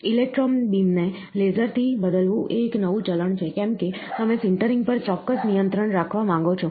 electron beam ને laser થી બદલવું એ એક નવું ચલણ છે કેમ કે તમે સિન્ટરિંગ પર ચોક્કસ નિયંત્રણ રાખવા માંગો છો